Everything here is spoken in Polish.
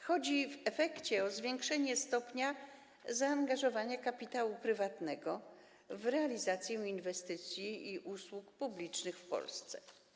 Chodzi o zwiększenie w efekcie stopnia zaangażowania kapitału prywatnego w realizację inwestycji i usług publicznych w Polsce.